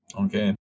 okay